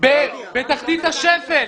בתחתית השפל.